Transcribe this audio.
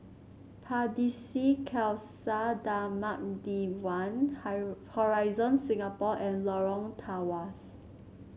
Pardesi Khalsa Dharmak Diwan Hori Horizon Singapore and Lorong Tawas